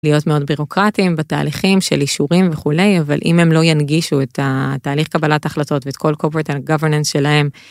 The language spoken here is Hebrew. להיות מאוד בירוקרטיים בתהליכים של אישורים וכולי אבל אם הם לא ינגישו את התהליך קבלת החלטות ואת כל קופרנט שלהם.